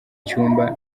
cyumba